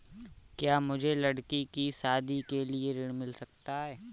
क्या मुझे लडकी की शादी के लिए ऋण मिल सकता है?